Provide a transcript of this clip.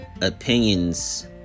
opinions